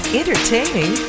entertaining